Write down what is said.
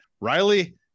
Riley